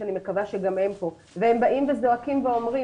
שאני מקווה שגם הם פה והם באים וזועקים ואומרים